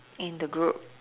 in the group